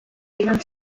human